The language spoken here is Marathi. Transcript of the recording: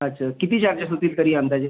अच्छा किती चार्जेस होतील तरी अंदाजे